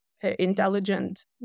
intelligent